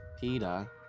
Peter